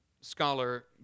Scholar